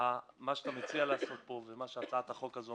מה שאתה מציע לעשות פה ומה שהצעת החוק הזו